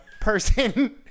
person